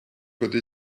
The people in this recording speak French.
côté